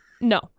no